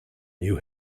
you